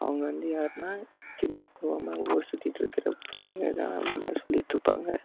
அவங்க வந்து யாருனால் ஜிம்முக்கு போகாம ஊரை சுற்றிட்டு இருக்கிற பசங்கதான் அந்தமாதிரி சொல்லிகிட்டு இருப்பாங்க